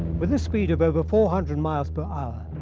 with a speed of over four hundred miles per hour,